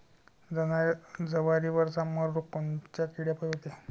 जवारीवरचा मर रोग कोनच्या किड्यापायी होते?